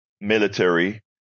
military